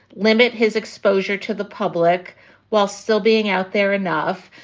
limit his exposure to the public while still being out there enough.